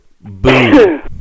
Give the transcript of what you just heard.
Boom